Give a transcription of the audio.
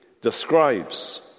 describes